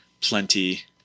plenty